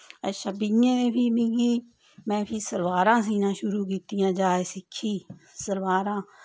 अच्छा बीहें दे फ्ही मिगी में फ्ही सलवारां सीह्ना शुरू कीत्तियां जाच सिक्खी सलवारां